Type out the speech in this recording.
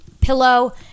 pillow